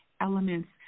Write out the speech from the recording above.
elements